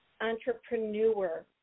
entrepreneur